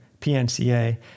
PNCA